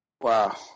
Wow